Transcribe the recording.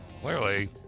Clearly